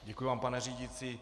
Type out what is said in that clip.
Děkuji vám, pane řídící.